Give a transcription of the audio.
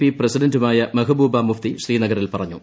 P പ്രസിഡന്റുമായ മെഹബൂബ മുഫ്തി ശ്രീനഗറിൽ പറഞ്ഞു